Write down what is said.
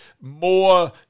more